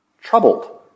troubled